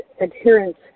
adherence